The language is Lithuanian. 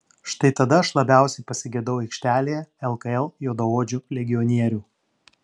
štai tada aš labiausiai pasigedau aikštelėje lkl juodaodžių legionierių